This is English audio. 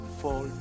fall